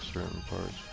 room for